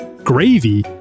Gravy